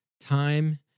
Time